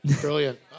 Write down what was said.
Brilliant